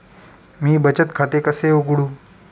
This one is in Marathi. मी बचत खाते कसे उघडू?